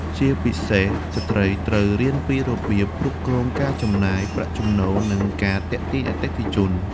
ជាពិសេស ស្ត្រីត្រូវរៀនពីរបៀបគ្រប់គ្រងការចំណាយ ប្រាក់ចំណូល និងការទាក់ទាញអតិថិជន។